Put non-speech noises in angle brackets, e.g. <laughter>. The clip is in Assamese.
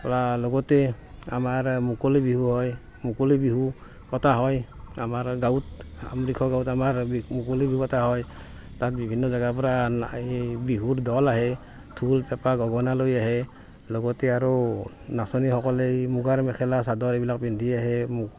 ধৰা লগতে আমাৰ মুকলি বিহু হয় মুকলি বিহু পতা হয় আমাৰ গাঁৱত <unintelligible> গাঁৱত মুকলি বিহু পতা হয় তাত বিভিন্ন জেগাৰ পৰা আনা এই বিহুৰ দল আহে ঢোল পেঁপা গগনা লৈ আহে লগতে আৰু নাচনিসকলে এই মুগাৰ মেখেলা চাদৰ এইবিলাক পিন্ধি আহে